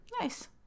Nice